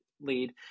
lead